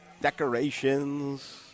decorations